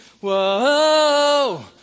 Whoa